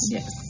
Yes